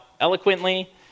eloquently